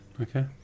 Okay